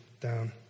down